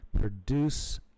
produce